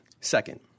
Second